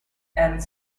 and